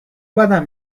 بدم